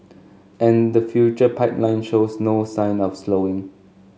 and the future pipeline shows no sign of slowing